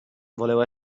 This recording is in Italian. volevo